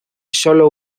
solo